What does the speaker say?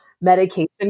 Medication